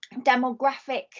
demographic